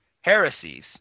heresies